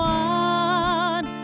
one